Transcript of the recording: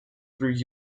through